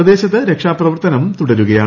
പ്രദേശത്ത് രക്ഷാപ്രവർത്തനം തുടരുകയാണ്